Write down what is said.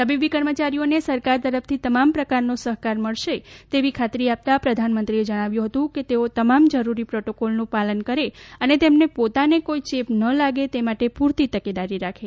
તબીબી કર્મચારીઓને સરકાર તરફથી તમામ પ્રકારનો સહકાર મળશે તેવી ખાતરી આપતા પ્રધાનમંત્રીએ જણાવ્યું હતું કે તેઓ તમામ જરૂરી પ્રોટોકોલનું પાલન કરે અને તેમને પોતાને કોઇ ચેપ ન લાગે તે માટે પૂરતી તકેદારી રાખે